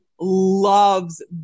loves